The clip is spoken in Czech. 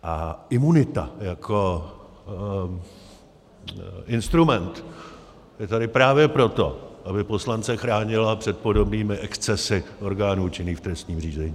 A imunita jako instrument je tady právě proto, aby poslance chránila před podobnými excesy orgánů činných v trestním řízení.